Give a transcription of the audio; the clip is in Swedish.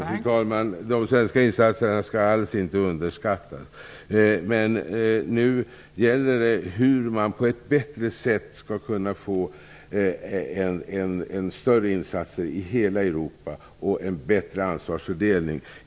Fru talman! De svenska insatserna skall alls inte underskattas, men nu gäller det hur man på ett bättre sätt skall kunna få till stånd större insatser i hela Europa och en bättre ansvarsfördelning.